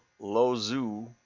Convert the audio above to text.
Lozu